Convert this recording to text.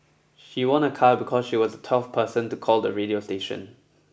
she won a car because she was the twelfth person to call the radio station